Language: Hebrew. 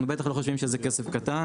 אנו בטח לא חושבים שזה כסף קטן.